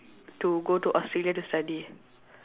to go to australia to study